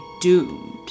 doomed